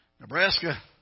Nebraska